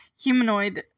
humanoid